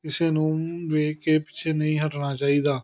ਕਿਸੇ ਨੂੰ ਵੇਖ ਕੇ ਪਿੱਛੇ ਨਹੀਂ ਹਟਣਾ ਚਾਹੀਦਾ